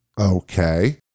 okay